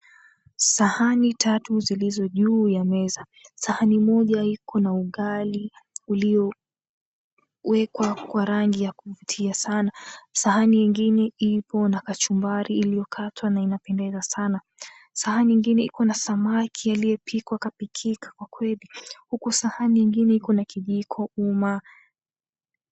Sahani tatu zilizojuu ya meza. Sahani moja iko na ugali uliowekwa kwa rangi ya kuvutia sana. Sahani ingine ipo na kachumbari iliyokatwa na inapendeza sana. Sahani ingine iko na samaki aliyepikwa akapikika kwa kweli huku sahani ingine iko na kijiko uma.